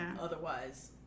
Otherwise